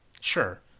Sure